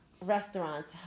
restaurants